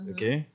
Okay